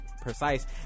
precise